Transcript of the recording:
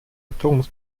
atoms